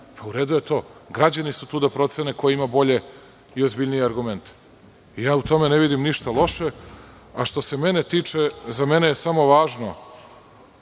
U redu je to. Građani su tu da procene ko ima bolje i ozbiljnije argumente. Ja u tome ne vidim ništa loše, a što se mene tiče, za mene je samo važno